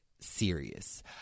serious